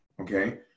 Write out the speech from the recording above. okay